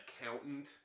accountant